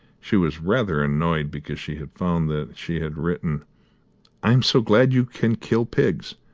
she was rather annoyed because she had found that she had written i am so glad you can kill pigs,